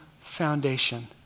foundation